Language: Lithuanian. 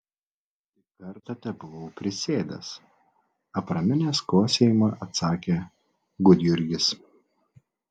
tik kartą tebuvau prisėdęs apraminęs kosėjimą atsakė gudjurgis